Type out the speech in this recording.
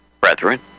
brethren